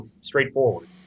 straightforward